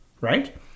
right